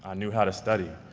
ah knew how to study,